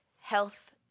health